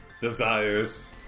desires